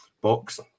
box